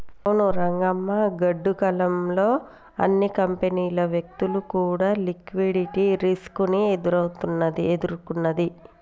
అవును రంగమ్మ గాడ్డు కాలం లో అన్ని కంపెనీలు వ్యక్తులు కూడా లిక్విడిటీ రిస్క్ ని ఎదుర్కొన్నది